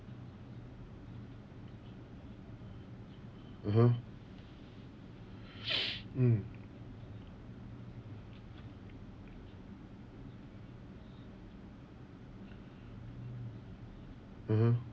(uh huh) mm (uh huh)